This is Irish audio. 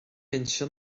mbinse